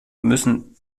müssen